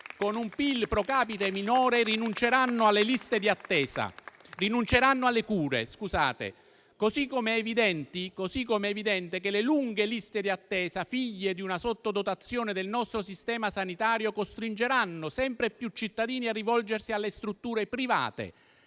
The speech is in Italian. con un PIL *pro capite* minore, rinunceranno alle cure, così come lo è che le lunghe liste d'attesa, figlie di una sottodotazione del nostro sistema sanitario, costringeranno sempre più i cittadini a rivolgersi alle strutture private,